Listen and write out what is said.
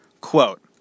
quote